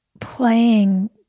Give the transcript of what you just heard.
playing